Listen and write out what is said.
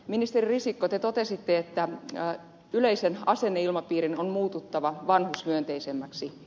ministeri risikko te totesitte että yleisen asenneilmapiirin on muututtava vanhusmyönteisemmäksi